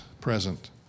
present